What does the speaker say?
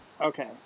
okay